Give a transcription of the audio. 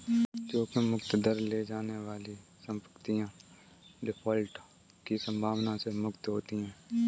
जोखिम मुक्त दर ले जाने वाली संपत्तियाँ डिफ़ॉल्ट की संभावना से मुक्त होती हैं